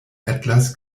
atlas